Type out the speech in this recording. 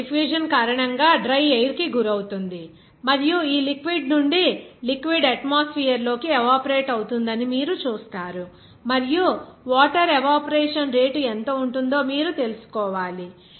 ఇది ఈ డిఫ్యూషన్ కారణంగా డ్రై ఎయిర్ కి గురవుతుంది మరియు ఈ లిక్విడ్ నుండి లిక్విడ్ అట్మోస్ఫియర్ లోకి ఎవాపోరేట్ అవుతుందని మీరు చూస్తారు మరియు వాటర్ ఎవాపోరేషన్ రేటు ఎంత ఉంటుందో మీరు తెలుసుకోవాలి